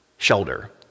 shoulder